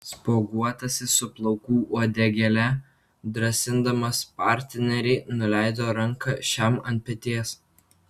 spuoguotasis su plaukų uodegėle drąsindamas partnerį nuleido ranką šiam ant peties